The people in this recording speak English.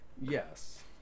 yes